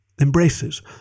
Embraces